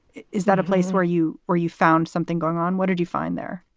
is that a place where you or you found something going on? what did you find there?